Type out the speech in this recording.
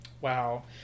Wow